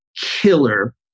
killer